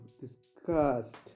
disgust